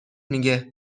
میگه